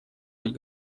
быть